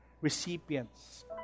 recipients